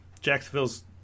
jacksonville's